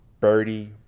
birdie